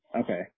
Okay